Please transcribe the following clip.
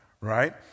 right